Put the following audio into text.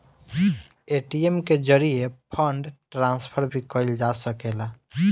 ATM के जरिये fund transfer भी कईल जा सकेला